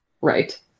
Right